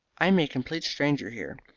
i am a complete stranger here.